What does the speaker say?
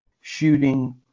shooting